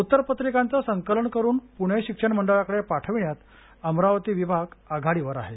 उत्तरपत्रिकांचं संकलन करून पुणे शिक्षण मंडळाकडे पाठवण्यात अमरावती विभाग आघाडीवर आहे